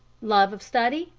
love of study,